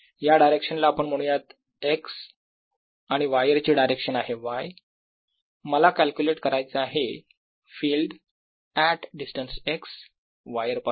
या डायरेक्शन ला आपण म्हणूयात x आणि वायर ची डायरेक्शन आहे y मला कॅल्क्युलेट करायचे आहे field at distance x wire पासून